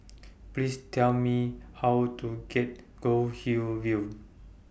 Please Tell Me How to get Goldhill View